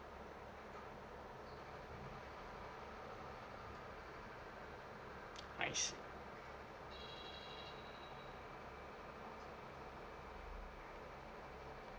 I see